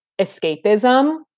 escapism